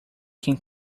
can